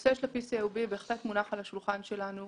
הנושא של ה-PCOB בהחלט מונח על השולחן שלנו.